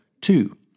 Two